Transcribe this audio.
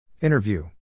Interview